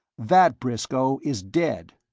that briscoe is dead.